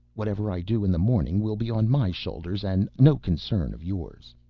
whatever i do in the morning will be on my shoulders and no concern of yours.